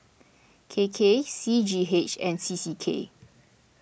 K K C G H and C C K